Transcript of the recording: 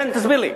כן, תסביר לי.